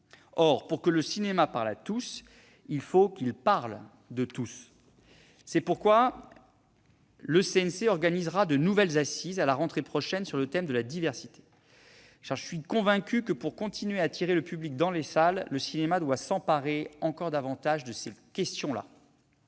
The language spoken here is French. Or, pour que le cinéma parle à tous, il faut qu'il parle de tous. C'est pourquoi le CNC organisera de nouvelles assises à la rentrée prochaine, sur le thème de la diversité. J'en suis convaincu, pour continuer à attirer le public dans les salles, le cinéma doit s'emparer encore davantage de ces questions.